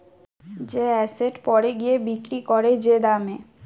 যে এসেট পরে গিয়ে বিক্রি করে যে দামে